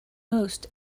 most